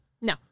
No